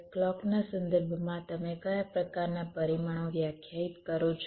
ક્લૉકના સંદર્ભમાં તમે કયા પ્રકારનાં પરિમાણો વ્યાખ્યાયિત કરો છો